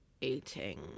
eating